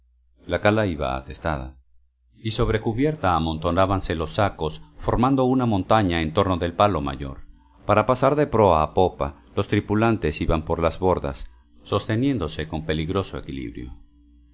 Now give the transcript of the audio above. la cala iba atestada y sobre cubierta amontonábanse los sacos formando una montaña en torno del palo mayor para pasar de proa a popa los tripulantes iban por las bordas sosteniéndose con peligroso equilibrio